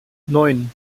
neun